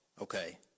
Okay